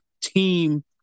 team